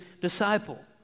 disciple